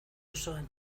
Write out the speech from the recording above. osoan